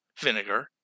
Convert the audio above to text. vinegar